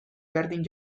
berdin